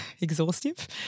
exhaustive